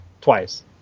Twice